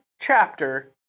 chapter